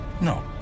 No